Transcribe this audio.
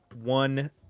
One